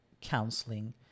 counseling